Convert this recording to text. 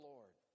Lord